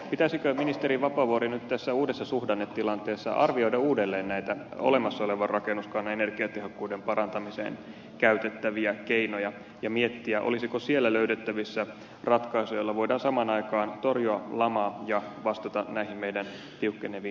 pitäisikö ministeri vapaavuori nyt tässä uudessa suhdannetilanteessa arvioida uudelleen näitä olemassa olevan rakennuskannan energiatehokkuuden parantamiseen käytettäviä keinoja ja miettiä olisiko siellä löydettävissä ratkaisuja joilla voidaan samaan aikaan torjua lamaa ja vastata näihin meidän tiukkeneviin energia ja ilmastotavoitteisiin